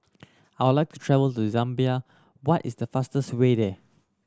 I would like to travel to Zambia what is the fastest way there